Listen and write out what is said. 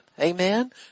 Amen